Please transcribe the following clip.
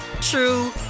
true